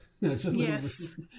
Yes